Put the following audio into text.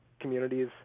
communities